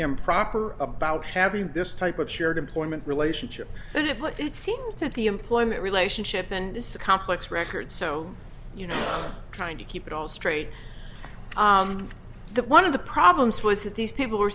improper about having this type of shared employment relationship and it but it seems that the employment relationship and it's a complex record so you know trying to keep it all straight that one of the problems was that these people